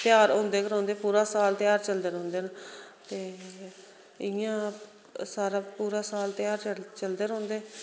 दा ध्यार हुंदे के रौहंदे पूरा साल ध्यार चलदे गै रौहंदे न ते इयां सारा पूरा साल ध्यार चलदे रौहंदे